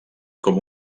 com